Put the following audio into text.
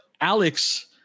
Alex